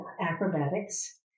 acrobatics